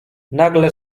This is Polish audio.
nagle